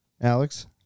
Alex